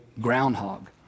Groundhog